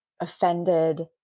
offended